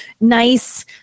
nice